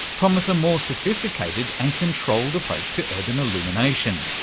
promise a more sophisticated and controlled approach to urban illumination,